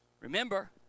Remember